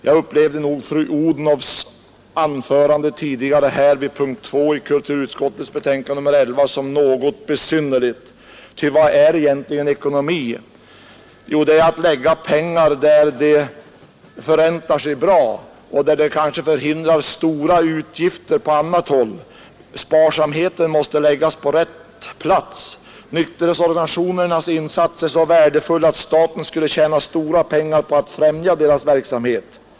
Jag upplevde fru Odhnoffs anförande vid punkten 2 i kulturutskottets betänkande nr 11 som något besynnerligt, ty vad är egentligen ekonomi? Jo, det är att lägga pengar där de förräntar sig bra eller där de kanske förhindrar stora utgifter på annat håll. Sparsamheten måste läggas på rätt plats. Nykterhetsorganisationernas insatser är så värdefulla att staten skulle tjäna stora pengar på att främja deras verksamhet.